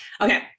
okay